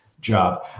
job